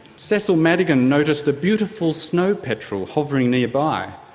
cecil madigan noticed the beautiful snow petrel hovering nearby,